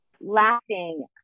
laughing